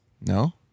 No